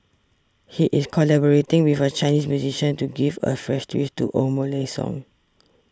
he is collaborating with a Chinese musician to give a fresh twist to old Malay songs